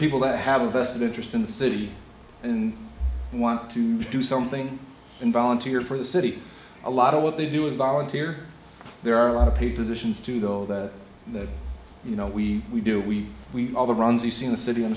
people that have a vested interest in the city and want to do something and volunteer for the city a lot of what they do involuntary or there are a lot of people's issues too though that you know we we do we we all the runs you see in the city on